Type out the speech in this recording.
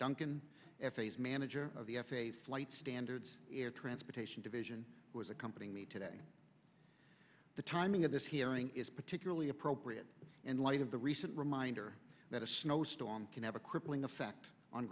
duncan f a s manager of the flight standards air transportation division was accompanying me today the timing of this hearing is particularly appropriate in light of the recent reminder that a snowstorm can have a crippling effect on